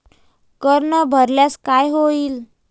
कर न भरल्यास काय होईल?